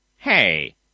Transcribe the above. Hey